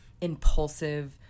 impulsive